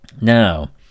now